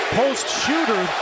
post-shooter